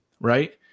right